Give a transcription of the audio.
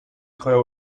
treuer